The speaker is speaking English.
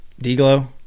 D-Glow